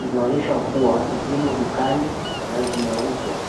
zinaonyesha kuwa zimo dukani na zinauzwa,